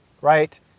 right